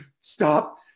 stop